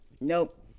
nope